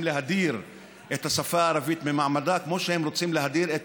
להדיר את השפה הערבית ממעמדה כמו שהם רוצים להדיר את